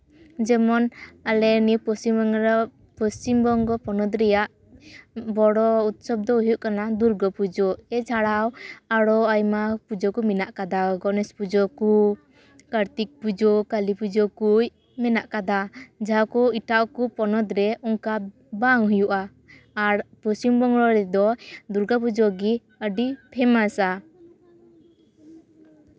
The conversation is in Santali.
ᱡᱮᱢᱚᱱ ᱟᱞᱮ ᱱᱤᱭᱟᱹ ᱯᱚᱥᱪᱤᱢ ᱵᱟᱝᱞᱟ ᱯᱚᱥᱪᱤᱢ ᱵᱚᱝᱜᱚ ᱯᱚᱱᱚᱛ ᱨᱮᱭᱟᱜ ᱵᱚᱲᱚ ᱩᱛᱥᱚᱵᱽ ᱫᱚ ᱦᱩᱭᱩᱜ ᱠᱟᱱᱟ ᱫᱩᱨᱜᱳ ᱯᱩᱡᱟᱹ ᱮᱪᱷᱟᱲᱟ ᱟᱨᱚ ᱟᱭᱢᱟ ᱯᱩᱡᱟᱹ ᱠᱚ ᱢᱮᱱᱟᱜ ᱠᱟᱫᱟ ᱜᱚᱱᱮᱥ ᱯᱩᱡᱟᱹ ᱠᱚ ᱠᱟᱨᱛᱤᱠ ᱯᱩᱡᱟᱹ ᱠᱟᱞᱤ ᱯᱩᱡᱟᱹ ᱠᱩᱡ ᱢᱮᱱᱟᱜ ᱠᱟᱫᱟ ᱡᱟᱦᱟᱸ ᱠᱚ ᱮᱴᱟᱜ ᱠᱚ ᱯᱚᱱᱚᱛ ᱨᱮ ᱚᱱᱠᱟ ᱵᱟᱝ ᱦᱩᱭᱩᱜᱼᱟ ᱟᱨ ᱯᱚᱥᱪᱤᱢ ᱵᱚᱝᱜᱚ ᱨᱮᱫᱚ ᱫᱩᱨᱜᱟᱹ ᱯᱩᱡᱟᱹ ᱜᱮ ᱟᱹᱰᱤ ᱯᱷᱮᱢᱟᱥᱟ